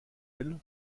elle